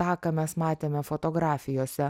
tą ką mes matėme fotografijose